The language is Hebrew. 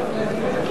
הצבעתי?